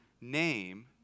name